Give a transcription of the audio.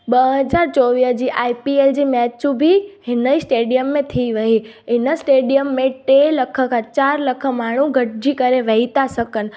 ॿ हज़ार चोवीह जी आई पी एल जी मैचूं बि हिन ई स्टेडियम में थी हुई हिन स्टेडियम में टे लख खां चार लख माण्हू गॾिजी करे वेही था सघनि